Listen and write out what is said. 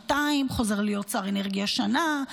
חוזר להיות שר אנרגיה שנה,